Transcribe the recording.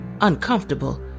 Uncomfortable